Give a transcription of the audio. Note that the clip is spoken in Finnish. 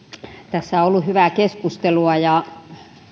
tässä on ollut hyvää keskustelua ja